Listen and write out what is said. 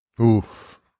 Oof